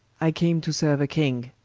i came to serue a king,